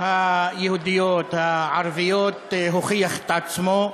היהודיות והערביות ביחד, הוכיח את עצמו.